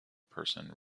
person